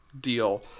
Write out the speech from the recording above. deal